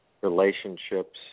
relationships